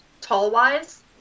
tall-wise